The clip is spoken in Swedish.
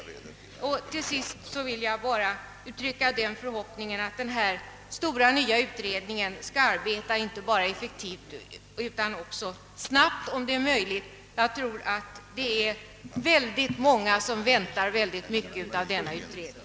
Till sist vill jag bara uttrycka förhoppningen att denna stora, nya utredning skall arbeta inte bara effektivt utan också snabbt. Jag tror att många väntar mycket av denna utredning.